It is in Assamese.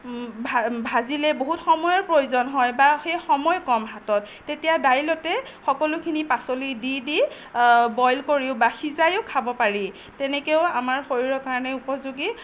ভা ভাজিলে বহুত সময়ৰ প্ৰয়োজন হয় বা সেই সময় কম হাতত তেতিয়া দাইলতে সকলোখিনি পাচলিখিনি দি দি বইল কৰিও বা সিজাইও খাব পাৰি তেনেকৈও আমাৰ শৰীৰৰ কাৰণে উপযোগী